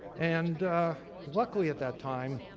and luckily, at that time,